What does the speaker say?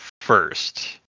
first